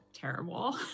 terrible